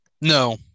No